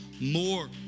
more